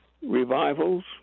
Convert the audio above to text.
revivals